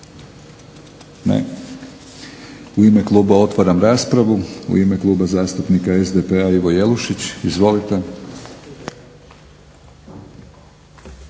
U ime kluba otvaram raspravu, u ime Kluba zastupnika SDP-a Ivo Jelušić. Izvolite.